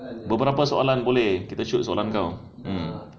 beberapa soalan boleh kita shoot soalan kau mm